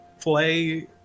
play